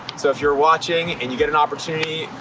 so if you're watching, and you get an opportunity,